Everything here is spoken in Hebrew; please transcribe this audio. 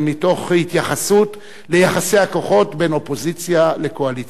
תוך התייחסות ליחסי הכוחות בין אופוזיציה לקואליציה.